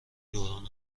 دوران